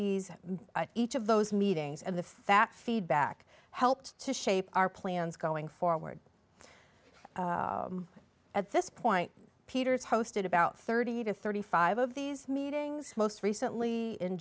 these each of those meetings and the fat feedback helped to shape our plans going forward at this point peter's hosted about thirty to thirty five of these meetings most recently in